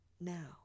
now